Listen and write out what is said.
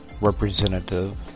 representative